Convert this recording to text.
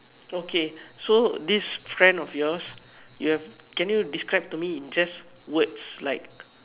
okay so this trend of yours you have can you describe to me just in words like